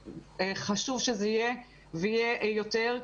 וחשוב שזה יהיה ויהיה יותר,